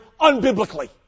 unbiblically